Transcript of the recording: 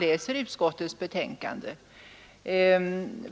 läser utskottets betänkande också får det intrycket.